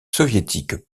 soviétiques